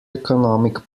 economic